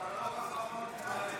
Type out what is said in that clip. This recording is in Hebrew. לתיקון פקודת בתי הסוהר (מס' 67 והוראת